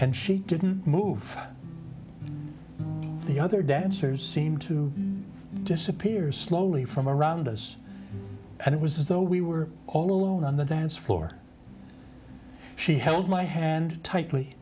and she didn't move the other dancers seemed to disappear slowly from around us and it was as though we were all alone on the dance floor she held my hand tightly